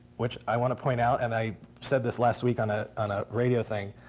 which i want to point out, and i said this last week on ah on ah radio thing,